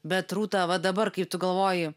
bet rūta va dabar kai tu galvoji